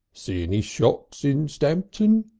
see any shops in stamton?